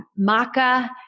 maca